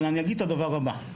אבל אני אגיד את הדבר הבא,